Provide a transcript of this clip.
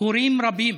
הורים רבים